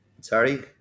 Sorry